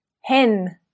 hen